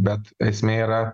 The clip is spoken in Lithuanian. bet esmė yra